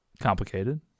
complicated